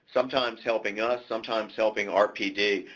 sometimes helping us, sometimes helping our pd.